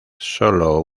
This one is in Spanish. sólo